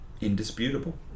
indisputable